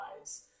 eyes